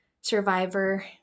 survivor